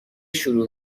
شروع